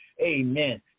Amen